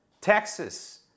Texas